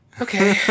Okay